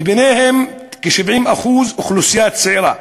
מהם כ-70% אוכלוסייה צעירה.